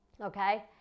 okay